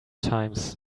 times